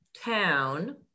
town